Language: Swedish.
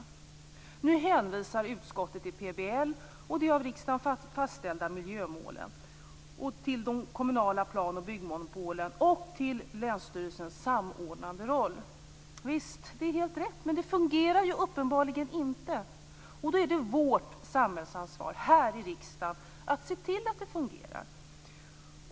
Utskottet hänvisar till PBL, till de av riksdagen fastställda miljömålen, till de kommunala plan och byggmonopolen och till länsstyrelsens samordnande roll. Visst, det är helt rätt men uppenbarligen fungerar det inte. Då är det vårt samhällsansvar, ett ansvar för oss här i riksdagen, att se till att det fungerar.